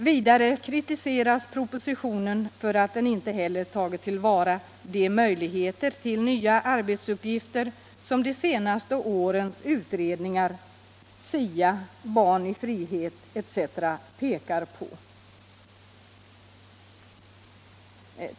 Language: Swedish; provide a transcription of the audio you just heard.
Vidare kritiseras propositionen för att den inte heller tagit till vara de möjligheter till nya arbetsuppgifter som de senaste årens utredningar - SIA, Barn i frihet etc. — pekar på.